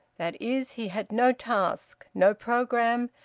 that is, he had no task, no programme,